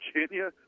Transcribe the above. Virginia